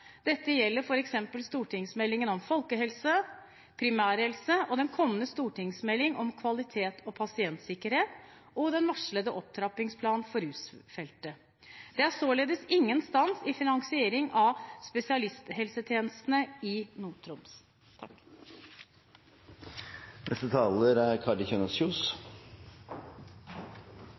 Dette gjelder f.eks. stortingsmeldingen om folkehelse, primærhelse, den kommende stortingsmeldingen om kvalitet og pasientsikkerhet og den varslede opptrappingsplanen for rusfeltet. Det er således ingen stans i finansiering av spesialisthelsetjenestene i